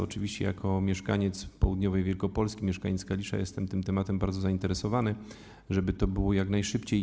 Oczywiście jako mieszkaniec południowej Wielkopolski, mieszkaniec Kalisza jestem tym tematem bardzo zainteresowany i chciałbym, żeby to się wydarzyło jak najszybciej.